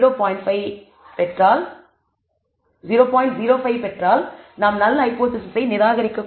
05 பெற்றால் நாம் நல் ஹைபோதேசிஸை நிராகரிக்க கூடாது